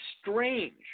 strange